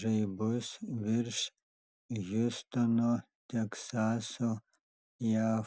žaibus virš hjustono teksaso jav